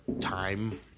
time